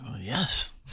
Yes